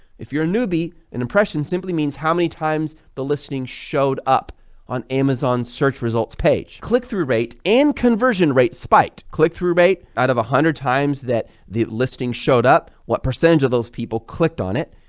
if you're a newbie, an impression simply means how many times the listing showed up on amazon's search results page, click-through rate and conversion rate spiked. click-through rate out of a hundred times that the listing showed up what percentage of those people clicked on it,